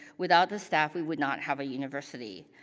without the staff, we would not have a university.